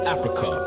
Africa